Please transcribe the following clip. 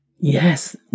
yes